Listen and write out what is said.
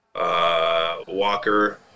Walker